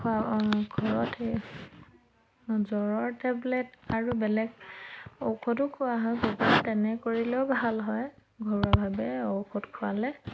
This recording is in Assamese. খোৱাওঁ অঁ ঘৰত সেই জ্বৰৰ টেবলেট আৰু বেলেগ ঔষধো খোওৱা হয় কুকুৰাক তেনে কৰিলেও ভাল হয় ঘৰুৱাভাৱে ঔষধ খোৱালে